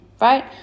Right